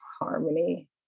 harmony